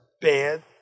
bad